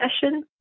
session